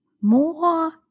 more